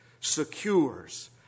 secures